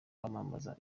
kwamamaza